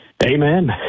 Amen